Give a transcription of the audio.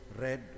Red